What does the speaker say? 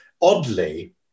oddly